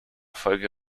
folge